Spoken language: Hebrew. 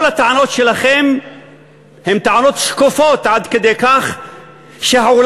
כל הטענות שלהם הן טענות שקופות עד כדי כך שהעולם,